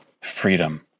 freedom